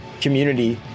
community